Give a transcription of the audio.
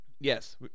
yes